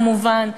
כמובן,